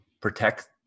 protect